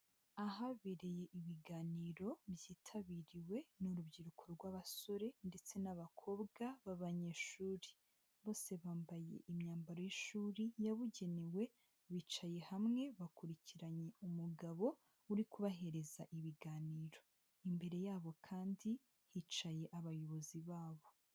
Ahabereye ibiganiro byitabiriwe n'urubyiruko rw'abasore ndetse n'abakobwa b'abanyeshuri, bose bambaye imyambaro y'ishuri yabugenewe, bicaye hamwe bakurikiranye umugabo uri kubahereza ibiganiro; imbere yabo kandi hicaye abayobozi babo.